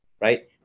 Right